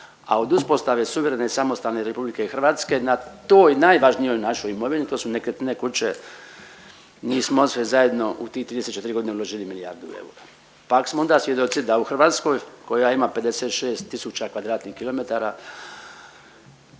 a od uspostave suverene i samostalne RH, na toj najvažnijoj našoj imovini, to su nekretnine, kuće, mi smo sve zajedno u tih 34 godine uložili milijardu eura. Pa ak smo onda svjedoci da u Hrvatskoj koja ima 56 tisuća kvadratnih kilometara,